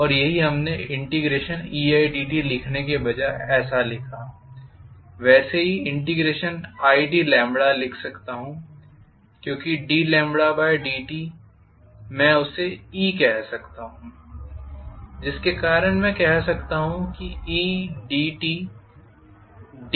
और यही हमने eidt लिखने के बजाय ऐसा लिखा वैसा ही id लिख सकता हूं क्योंकि ddt मैं उसे e कह सकता हूं जिसके कारण मैं कह सकता हूँ कि eidt d के बराबर है